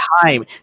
time